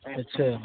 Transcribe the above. اچھا